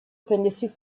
prendersi